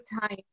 time